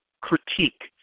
critique